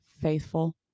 faithful